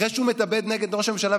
אחרי שהוא מדבר נגד ראש הממשלה,